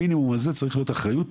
על המינימום הזה צריכה להיות אחריות.